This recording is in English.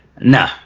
No